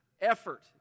effort